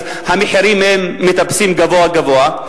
אז המחירים מטפסים גבוה-גבוה,